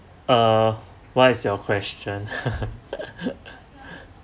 uh what is your question